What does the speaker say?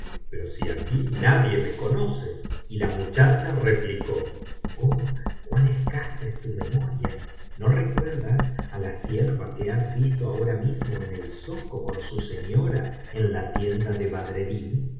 pero si aquí nadie me conoce y la muchacha replicó oh cuan escasa es tu biblioteca valenciana generalitat valenciana historia del jorobado memoria no recuerdas á la sierva que has visto ahora mismo en el zoco con su señora en la tienda de